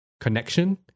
connection